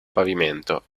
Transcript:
pavimento